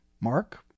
Mark